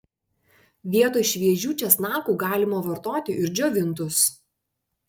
vietoj šviežių česnakų galima vartoti ir džiovintus